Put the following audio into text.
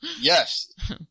Yes